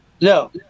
No